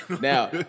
Now